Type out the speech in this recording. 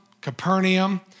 Capernaum